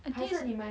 I think it's